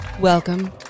welcome